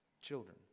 children